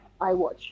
iWatch